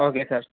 okay sir